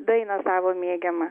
dainą savo mėgiamą